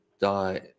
die